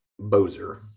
Bozer